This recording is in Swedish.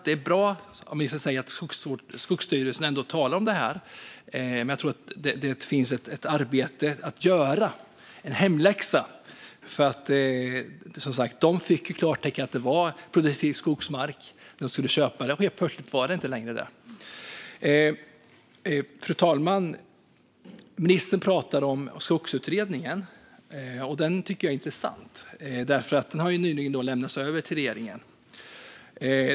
Det är bra, som ministern säger, att Skogsstyrelsen talar om detta, men jag tror ändå att det finns en hemläxa att göra. När de skulle köpa marken fick de ju klartecken att det var produktiv skogsmark. Helt plötsligt var det inte längre det. Fru talman! Ministern pratade om Skogsutredningen. Den tycker jag är intressant. Den har nyligen lämnats över till regeringen.